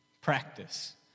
practice